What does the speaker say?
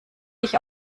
ich